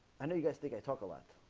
and you guys think i talk a lot,